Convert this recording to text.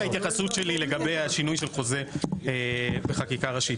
להשלים את ההתייחסות שלי גם לגבי שינוי של חוזה בחקיקה ראשית.